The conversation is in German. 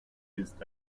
ist